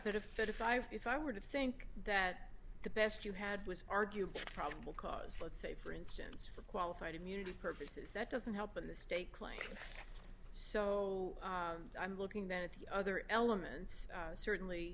that if i if i were to think that the best you had was arguably probable cause let's say for instance for qualified immunity purposes that doesn't help in the state claim so i'm looking down at the other elements certainly